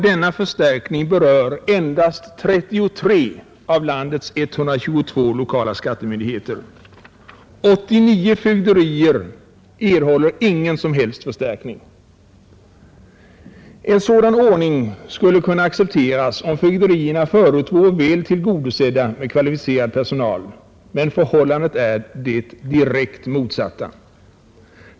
Denna förstärkning berör endast 33 av landets 122 lokala skattemyndigheter. 89 fögderier erhåller ingen som helst förstärkning. En sådan ordning skulle kunna accepteras om fögderierna förut vore väl tillgodosedda med kvalificerad personal, men förhållandet är det direkt motsatta.